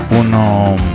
uno